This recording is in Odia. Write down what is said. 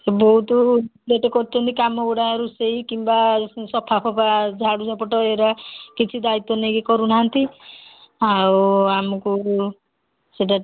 ବହୁତ ସେଟେ କରୁଛନ୍ତି କାମ ଗୁଡ଼ା ରୋଷେଇ କିମ୍ବା ସଫା ଫଫା ଝାଡ଼ୁ ଝପଟ ଏରା କିଛି ଦାୟିତ୍ୱ ନେଇକି କରୁନାହାନ୍ତି ଆଉ ଆମକୁ ସେଟା